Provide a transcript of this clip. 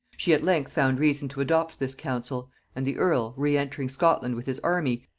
she at length found reason to adopt this counsel and the earl, re-entering scotland with his army,